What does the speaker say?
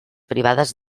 privades